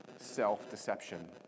self-deception